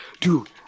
dude